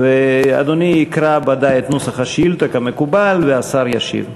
אדוני יקרא את נוסח השאילתה כמקובל, והשר ישיב.